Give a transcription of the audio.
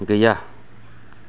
गैया